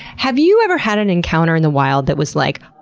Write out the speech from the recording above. have you ever had an encounter in the wild that was like?